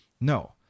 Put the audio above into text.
No